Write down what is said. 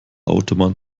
autobahn